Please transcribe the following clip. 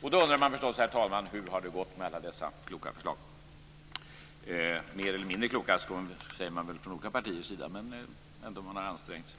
Då undrar man förstås, herr talman, hur det har gått med alla dessa kloka förslag. Det är förstås mer eller mindre kloka förslag från olika partiers sida, men man har ändå ansträngt sig.